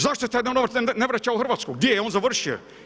Zašto se taj novac ne vraća u Hrvatsku, gdje je on završio?